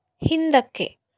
ಹಿಂದಕ್ಕೆ